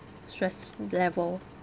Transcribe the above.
stress level